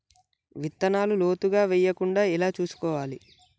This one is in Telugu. విత్తనాలు లోతుగా వెయ్యకుండా ఎలా చూసుకోవాలి?